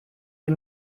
die